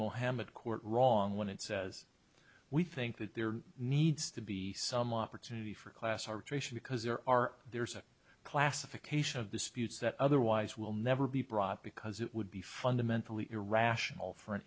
mohammed court wrong when it says we think that there needs to be some opportunity for class arbitration because there are there's a classification of the spirits that otherwise will never be proper because it would be fundamentally irrational for an